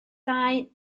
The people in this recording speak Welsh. dau